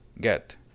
get